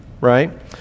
right